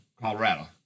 Colorado